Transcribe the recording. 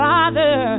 Father